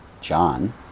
John